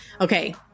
Okay